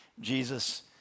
Jesus